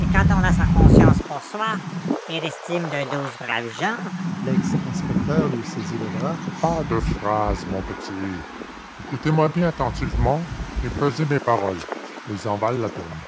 et quand on a sa conscience pour soi et l'estime de douze braves gens lex inspecteur lui saisit le bras pas de phrases mon petit écoutez-moi bien attentivement et pesez mes paroles elles en valent la peine